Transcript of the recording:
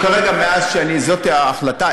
זאת ההחלטה.